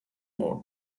mode